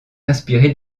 inspiré